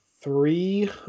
three